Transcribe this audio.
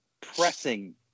pressing